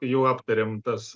jau aptarėm tas